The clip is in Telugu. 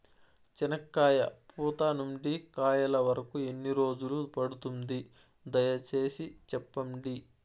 చెనక్కాయ పూత నుండి కాయల వరకు ఎన్ని రోజులు పడుతుంది? దయ సేసి చెప్పండి?